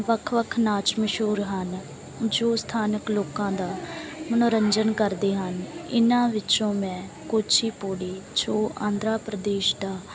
ਵੱਖ ਵੱਖ ਨਾਚ ਮਸ਼ਹੂਰ ਹਨ ਜੋ ਸਥਾਨਕ ਲੋਕਾਂ ਦਾ ਮਨੋਰੰਜਨ ਕਰਦੇ ਹਨ ਇਨ੍ਹਾਂ ਵਿੱਚੋਂ ਮੈਂ ਜੋ ਕੋਚੀ ਪੂੜੀ ਜੋ ਆਂਧਰਾ ਪ੍ਰਦੇਸ਼ ਦਾ